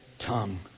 tongue